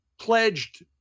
pledged